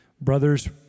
Brothers